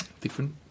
Different